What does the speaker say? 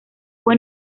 fue